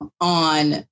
on